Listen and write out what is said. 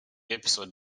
episode